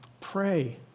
pray